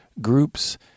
groups